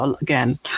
again